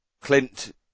Clint